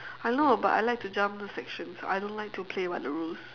I know but I like to jump sections I don't like to play by the rules